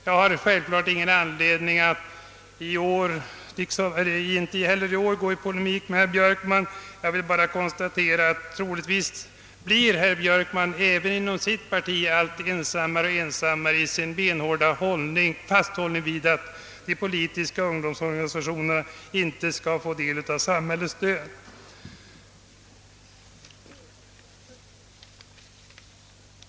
Jag har lika litet som tidigare anledning att i år gå in i polemik med herr Björkman. Jag vill bara konstatera att herr Björkman troligtvis även i sitt parti blir alltmera ensam i sin benhårda fasthållning vid att de politiska ungdomsorganisationerna inte skall få del av samhällets stöd.